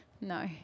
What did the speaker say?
No